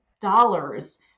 dollars